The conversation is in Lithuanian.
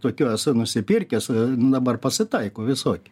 tokių esu nusipirkęs dabar pasitaiko visokių